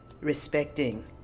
respecting